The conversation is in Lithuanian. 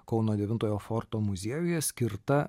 kauno devintojo forto muziejuje skirta